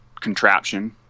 contraption